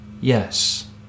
yes